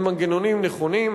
הם מנגנונים נכונים,